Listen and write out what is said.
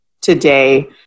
today